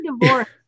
divorced